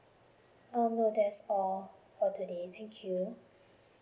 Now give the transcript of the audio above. mm no that's all for today thank you